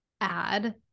add